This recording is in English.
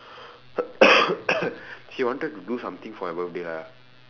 she wanted to do something for my birthday lah